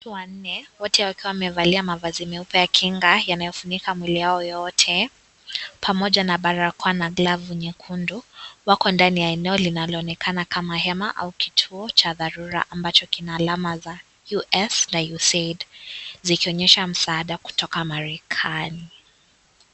Watu wanne, wote wakiwa wamevalia mavazi meupe ya kinga yanayofunika mwili yao yote pamoja na barakoa na glavu nyekundu. Wako ndani ya eneo linaloonekana kama hema au kituo cha dharura ambacho kina alama za USAID zikionyesha msaada kutoka Marekani.